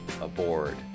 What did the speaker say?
aboard